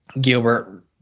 Gilbert